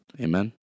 Amen